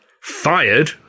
Fired